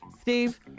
Steve